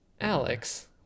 Alex